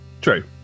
True